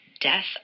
death